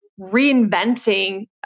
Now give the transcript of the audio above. reinventing